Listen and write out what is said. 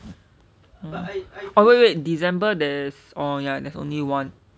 oh wait wait december there's oh ya there's only one